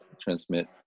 transmit